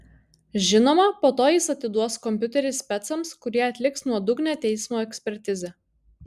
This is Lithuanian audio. žinoma po to jis atiduos kompiuterį specams kurie atliks nuodugnią teismo ekspertizę